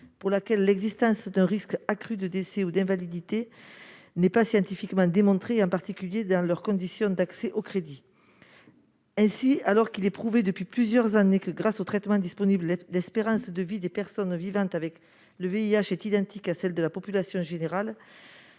pour laquelle l'existence d'un risque accru de décès ou d'invalidité n'est pas scientifiquement démontrée, en particulier dans leurs conditions d'accès au crédit. Alors qu'il est prouvé depuis plusieurs années que, grâce aux traitements disponibles, l'espérance de vie des personnes vivant avec le VIH est identique à celle de la population générale,